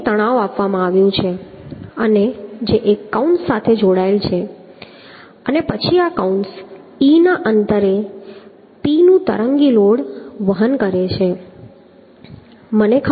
મને એક તણાવ આપવામાં આવ્યું છે અને જે એક કૌંસ સાથે જોડાયેલ છે અને પછી આ કૌંસ e ના અંતરે સે p નું તરંગી લોડ વહન કરે છે